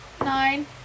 Nine